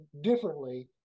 differently